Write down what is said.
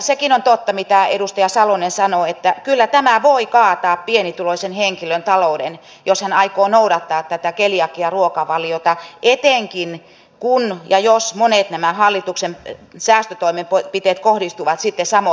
sekin on totta mitä edustaja salonen sanoo että kyllä tämä voi kaataa pienituloisen henkilön talouden jos tämä aikoo noudattaa tätä keliakiaruokavaliota etenkin kun ja jos monet näistä hallituksen säästötoimenpiteistä kohdistuvat sitten samoihin henkilöihin